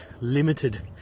limited